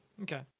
Okay